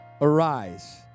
Arise